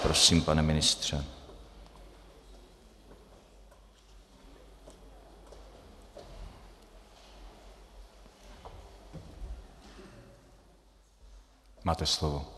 Prosím, pane ministře, máte slovo.